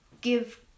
give